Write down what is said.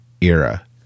era